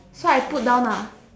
so I put down ah